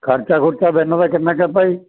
ਖਰਚਾ ਖੁਰਚਾ ਵੈਨਾਂ ਦਾ ਕਿੰਨਾ ਆ ਭਾਈ